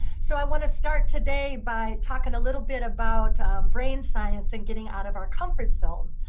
so i want to start today by talking a little bit about brain science, and getting out of our comfort zone.